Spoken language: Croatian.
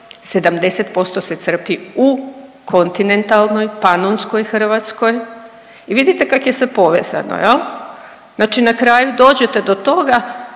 70% se crpi u kontinentalnoj, panonskoj Hrvatskoj. I vidite kako je sve povezano? Znači na kraju dođete do toga